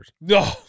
No